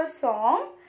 song